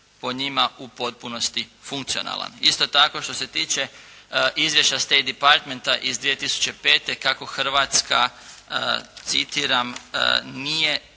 po njima u potpunosti funkcionalan. Isto tako što se tiče izvješća State Departmenta iz 2005. kako Hrvatska citiram: "nije